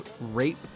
rape